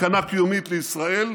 סכנה קיומית לישראל,